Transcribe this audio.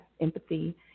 empathy